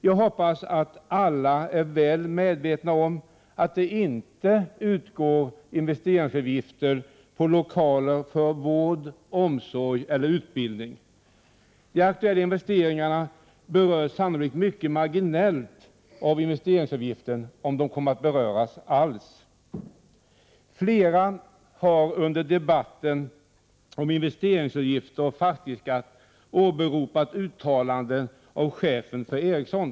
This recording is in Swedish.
Jag hoppas att alla är väl medvetna om att det inte utgår investeringsavgifter på lokaler för vård, omsorg eller utbildning. De aktuella investeringarna berörs sannolikt mycket marginellt av investeringsavgifter, om de kommer att beröras alls. Flera ledamöter har under debatten om investeringsavgifter och fastighetsskatt åberopat uttalanden av chefen för Ericsson.